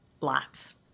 lots